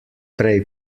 prej